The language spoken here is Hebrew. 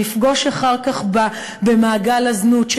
שנפגוש אחר כך במעגל הזנות,